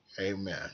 Amen